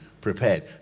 prepared